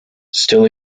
still